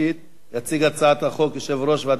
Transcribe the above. יציג את הצעת החוק יושב-ראש ועדת הכלכלה